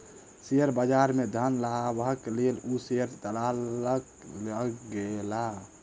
share बजार में धन लाभक लेल ओ शेयर दलालक लग गेला